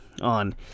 on